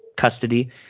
custody